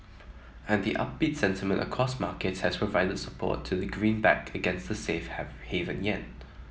and the upbeat sentiment across markets has provided support to the greenback against the safe have haven yen